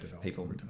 people